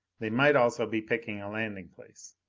they might also be picking a landing place.